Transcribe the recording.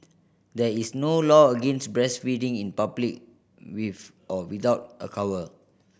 there is no law against breastfeeding in public with or without a cover